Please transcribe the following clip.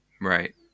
Right